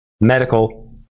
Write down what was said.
medical